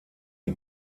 die